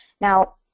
Now